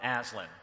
Aslan